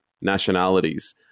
nationalities